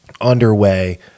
underway